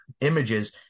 images